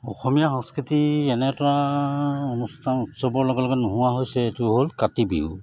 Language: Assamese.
অসমীয়া সংস্কৃতি এনে এটা অনুষ্ঠান উৎসৱৰ লগে লগে নোহোৱা হৈছে এইটো হ'ল কাতি বিহু